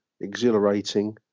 exhilarating